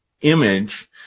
image